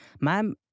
ma'am